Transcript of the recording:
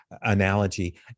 analogy